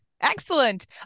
Excellent